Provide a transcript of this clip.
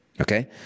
okay